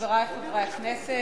חברי חברי הכנסת,